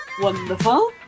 Wonderful